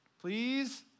please